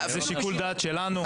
זה שיקול דעת שלנו.